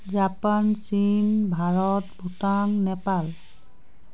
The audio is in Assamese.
জাপান চীন ভাৰত ভূটান নেপাল